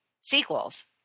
sequels